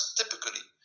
typically